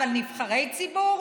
אבל נבחרי ציבור?